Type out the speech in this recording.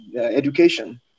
education